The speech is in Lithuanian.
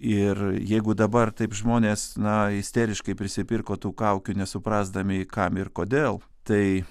ir jeigu dabar taip žmonės na isteriškai prisipirko tų kaukių nesuprasdami kam ir kodėl tai